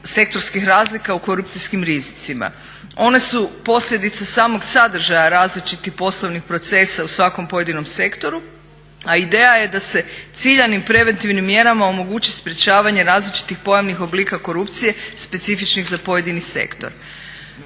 sektorskih razlika u korupcijskim rizicima. One su posljedica samog sadržaja različitih poslovnih procesa u svakom pojedinom sektoru, a ideja je da se ciljanim preventivnim mjerama omogući sprječavanje različitih pojamnih oblika korupcije specifičnih za pojedini sektor.